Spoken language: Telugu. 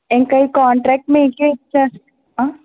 ఇంకా ఈ కాంట్రాక్ట్ మీకే ఇస్తాను